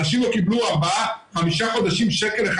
אנשים לא קיבלו ארבעה-חמישה חודשים שקל אחד